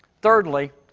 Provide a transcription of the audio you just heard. thirdly,